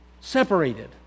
Separated